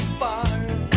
fire